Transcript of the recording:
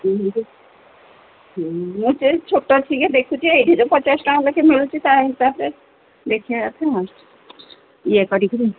ହୁଁ ହୁଁ ମୁଁ ସେଇ ଛୋଟ ଟିକେ ଦେଖୁଛି ଏଇଠିତ ପଚାଶ ଟଙ୍କା ଲେଖାଁ ମିଳୁଛି ତା ହିସାବରେ ଦେଖିବା କଥା ଆଉ ଇଏ କରିକିରି